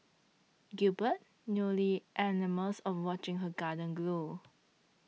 Gilbert newly enamoured of watching her garden grow